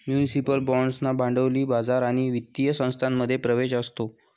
municipal बाँड्सना भांडवली बाजार आणि वित्तीय संस्थांमध्ये प्रवेश असतो